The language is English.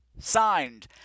signed